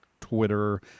Twitter